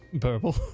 Purple